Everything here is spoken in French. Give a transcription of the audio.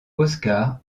oscar